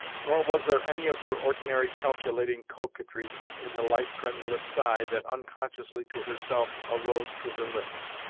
nor was there any of her ordinary calculating coquetry in the light tremulous sigh that, unconsciously to herself, arose to her lips.